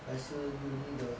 还是 uni 的